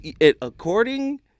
according